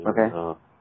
Okay